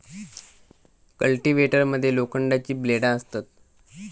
cultivator मध्ये लोखंडाची ब्लेडा असतत